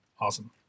awesome